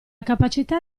capacità